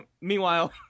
Meanwhile